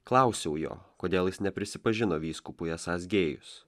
klausiau jo kodėl jis neprisipažino vyskupui esąs gėjus